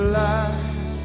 life